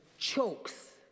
chokes